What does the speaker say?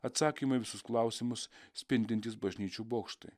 atsakymai į visus klausimus spindintys bažnyčių bokštai